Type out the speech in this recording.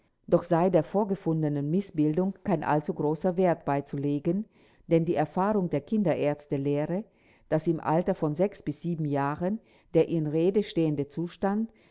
doch sei der vorgefundenen mißbildung kein allzu großer wert beizulegen denn die erfahrung der kinderärzte lehre daß im alter von sechs bis sieben jahren der in rede stehende zustand